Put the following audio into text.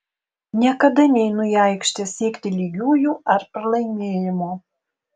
niekada neinu į aikštę siekti lygiųjų ar pralaimėjimo